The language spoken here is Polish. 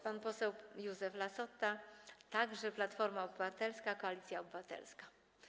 Pan poseł Józef Lassota, także Platforma Obywatelska - Koalicja Obywatelska.